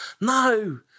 No